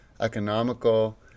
economical